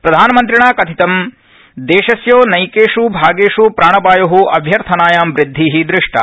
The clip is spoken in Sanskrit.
प्रधानमन्त्रिणा कथितं देशस्य नक्केष भागेष प्राणवायोः अभ्यर्थनायां वृदधिः दृष्टा